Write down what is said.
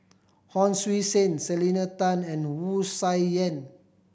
Hon Sui Sen Selena Tan and Wu Tsai Yen